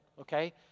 okay